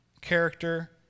character